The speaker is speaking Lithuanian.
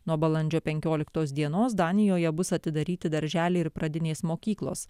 nuo balandžio penkioliktos dienos danijoje bus atidaryti darželiai ir pradinės mokyklos